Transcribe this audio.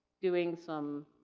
doing some